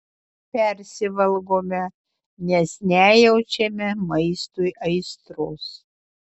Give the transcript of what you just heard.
persivalgome nes nejaučiame maistui aistros